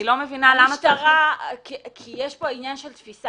יש כאן עניין של תפיסה.